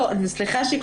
סליחה שקטעתי אותך,